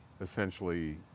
essentially